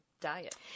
diet